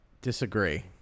disagree